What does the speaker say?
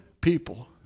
people